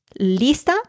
¿Lista